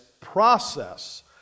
process